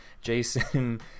Jason